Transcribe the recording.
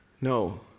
No